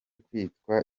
kwitwa